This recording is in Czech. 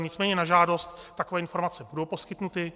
Nicméně na žádost takové informace budou poskytnuty.